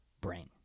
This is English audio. brain